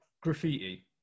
graffiti